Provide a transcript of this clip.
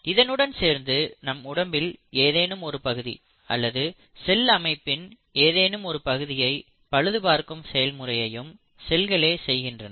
இதனுடன் சேர்ந்து நம் உடம்பில் ஏதேனும் ஒரு பகுதி அல்லது செல் அமைப்பின் ஏதேனும் ஒரு பகுதியை பழுதுபார்க்கும் செயல்முறையையும் செல்களே செய்கின்றன